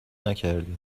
نکردی